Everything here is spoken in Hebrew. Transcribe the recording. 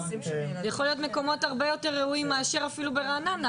זה יכול להיות מקומות הרבה יותר ראויים מאשר אפילו ברעננה,